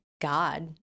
God